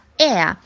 air 。